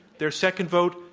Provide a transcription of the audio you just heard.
their second vote,